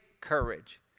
courage